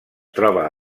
troba